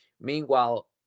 Meanwhile